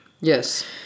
Yes